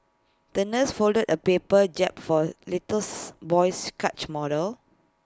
the nurse folded A paper jib for little boy's catch model